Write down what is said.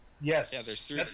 Yes